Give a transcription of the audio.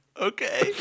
okay